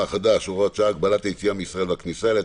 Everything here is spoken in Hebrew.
החדש (הוראת שעה) (הגבלת היציאה מישראל והכניסה אליה),